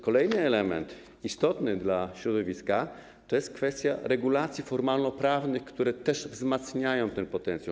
Kolejny element istotny dla środowiska to kwestia regulacji formalnoprawnych, które też wzmacniają ten potencjał.